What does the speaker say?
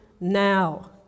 now